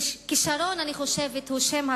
כשרון אני חושבת הוא שם התואר,